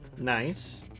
Nice